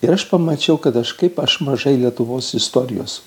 ir aš pamačiau kad aš kaip aš mažai lietuvos istorijos